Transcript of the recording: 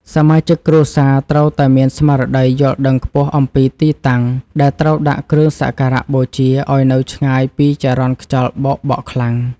សមាជិកគ្រួសារត្រូវតែមានស្មារតីយល់ដឹងខ្ពស់អំពីទីតាំងដែលត្រូវដាក់គ្រឿងសក្ការបូជាឱ្យនៅឆ្ងាយពីចរន្តខ្យល់បោកបក់ខ្លាំង។